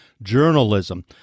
Journalism